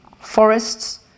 forests